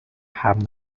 have